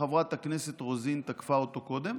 שחברת הכנסת רוזין תקפה אותו קודם,